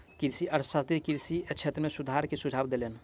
कृषि अर्थशास्त्री कृषि क्षेत्र में सुधार के सुझाव देलैन